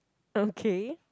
okay